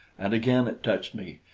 and again it touched me,